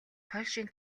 польшийн